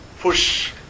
push